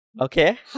Okay